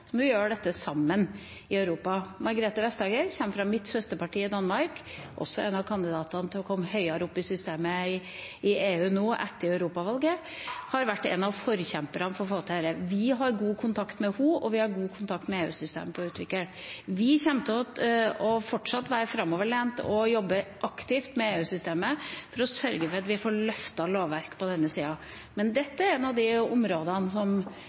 vi gjøre dette sammen i Europa. Margrethe Vestager kommer fra mitt søsterparti i Danmark – hun er også en av kandidatene til å komme høyere opp i systemet i EU nå etter Europavalget – og har vært en av forkjemperne for å få til dette. Vi har god kontakt med henne, og vi har god kontakt med EU-systemet for å utvikle. Vi kommer fortsatt til å være framoverlente og jobbe aktivt med EU-systemet for å sørge for at vi får løftet lovverket på denne